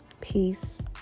Peace